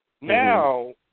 now